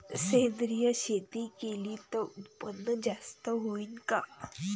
सेंद्रिय शेती केली त उत्पन्न जास्त होईन का?